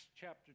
chapter